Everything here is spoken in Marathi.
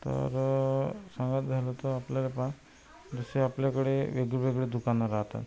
तर सांगायचं झालं तर आपल्याले पहा जसे आपल्याकडे वेगळेवेगळे दुकानं राहते